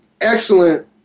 excellent